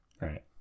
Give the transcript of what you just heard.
Right